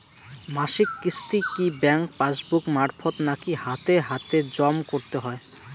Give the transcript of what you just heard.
মাসিক কিস্তি কি ব্যাংক পাসবুক মারফত নাকি হাতে হাতেজম করতে হয়?